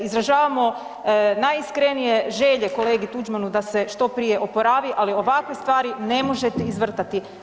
Izražavamo najiskrenije želje kolegi Tuđmanu da se što prije oporavi ali ovakve stvari ne možete izvrtati.